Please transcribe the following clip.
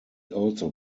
also